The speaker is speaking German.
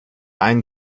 einen